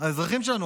האזרחים שלנו,